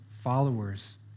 followers